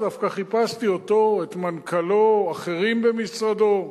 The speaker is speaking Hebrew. דווקא חיפשתי אותו, את מנכ"לו, אחרים במשרדו,